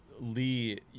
Lee